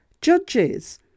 judges